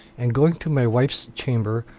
and going to my wife's chamber,